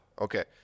Okay